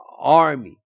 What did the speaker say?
army